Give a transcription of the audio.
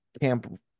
camp